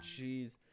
Jeez